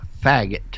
faggot